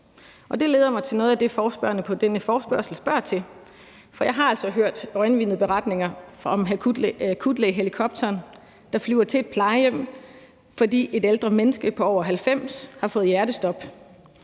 Og det leder mig til noget af det, forespørgerne til denne forespørgsel spørger til, for jeg har altså hørt øjenvidneberetninger om akutlægehelikopteren, der flyver til et plejehjem, fordi et ældre menneske på over 90 år har fået hjertestop.